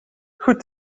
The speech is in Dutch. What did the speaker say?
goed